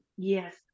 yes